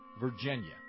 Virginia